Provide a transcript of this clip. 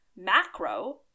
macro